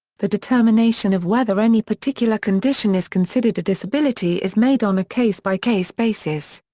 the determination of whether any particular condition is considered a disability is made on a case by case basis.